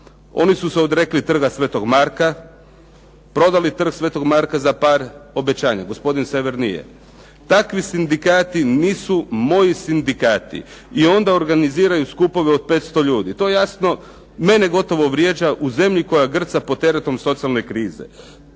Oni su se odrekli Trga Sv. Marka, prodali Trg Sv. Marka za par obećanja, gospodin Sever nije. Takvi sindikati nisu moji sindikati. I onda organiziraju skupove od 500 ljudi. To jasno mene gotovo vrijeđa u zemlji koja grca pod teretom socijalne krize.